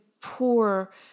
poor